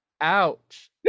Ouch